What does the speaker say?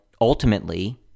ultimately –